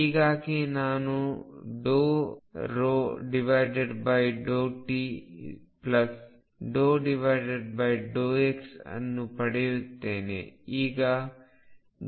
ಹೀಗಾಗಿ ನಾನು t∂x ಅನ್ನು ಪಡೆಯುತ್ತೇನೆ